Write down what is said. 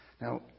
Now